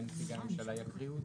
אולי נציגי הממשלה יקריאו אותם.